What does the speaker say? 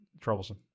troublesome